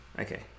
Okay